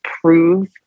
prove